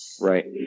Right